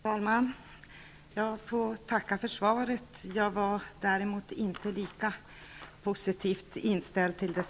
Fru talman! Jag får tacka för svaret, men jag är inte så positivt inställd till det.